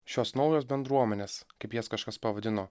šios naujos bendruomenės kaip jas kažkas pavadino